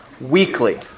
Weekly